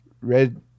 Red